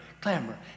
clamor